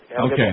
Okay